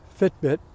Fitbit